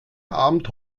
abend